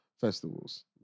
festivals